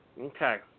Okay